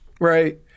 right